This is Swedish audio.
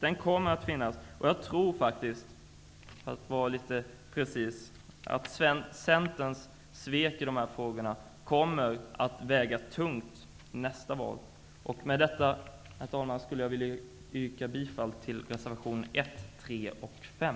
Den kommer att finnas, och jag tror faktiskt, för att vara litet mer precis, att Centerns svek i de här frågorna kommer att väga tungt nästa val. Med detta, herr talman, vill jag yrka bifall till reservation 1, 3 och 5.